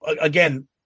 again